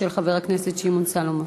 של חבר הכנסת שמעון סולומון.